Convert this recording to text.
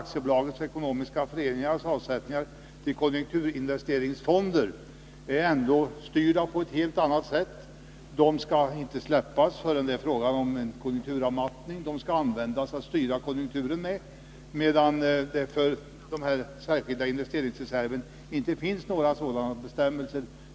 Aktiebolags och ekonomiska föreningars avsättningar till konjunkturinvesteringsfonder är styrda på ett helt annat sätt. De skall inte släppas fria förrän vid en konjunkturavmattning. De skall användas för att styra konjunkturerna, medan det för den allmänna investeringsreserven inte finns sådana bestämmelser.